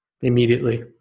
immediately